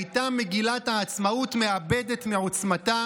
הייתה מגילת העצמאות מאבדת מעוצמתה